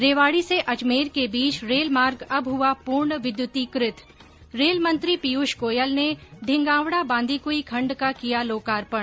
रेवाड़ी से अजमेर के बीच रेलमार्ग अब हुआ पूर्ण विद्युतीकृत रेलमंत्री पीयूष गोयल ने ढिंगावड़ा बांदीक्ई खण्ड का किया लोकार्पण